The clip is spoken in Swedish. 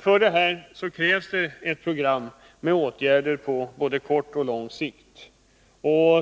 För detta krävs ett program med åtgärder på både kort och lång sikt.